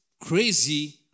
crazy